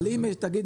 אבל אם תאגיד,